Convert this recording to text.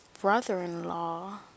brother-in-law